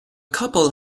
couple